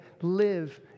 live